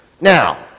Now